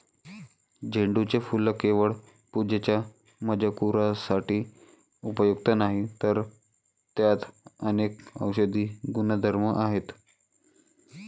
झेंडूचे फूल केवळ पूजेच्या मजकुरासाठी उपयुक्त नाही, तर त्यात अनेक औषधी गुणधर्म आहेत